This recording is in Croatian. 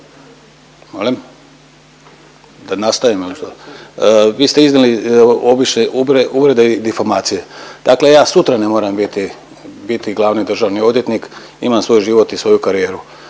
molim, da nastavim … vi ste iznijeli obične uvrede i difamacije. Dakle, ja sutra ne moram biti glavni državni odvjetnik imam svoj život i svoju karijeru,